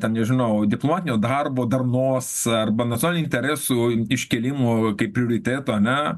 ten nežinau diplominio darbo darnos arba nacionalinių interesų iškėlimo kaip prioriteto ane